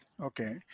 Okay